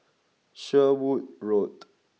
Sherwood Road